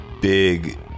big